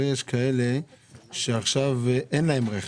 הרי יש כאלה שעכשיו אין להם רכב,